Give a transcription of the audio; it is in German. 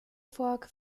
fork